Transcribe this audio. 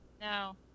No